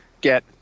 get